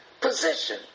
position